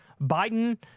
biden